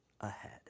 ahead